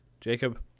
Jacob